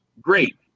Great